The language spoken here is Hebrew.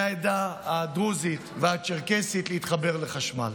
העדה הדרוזית והצ'רקסית: להתחבר לחשמל.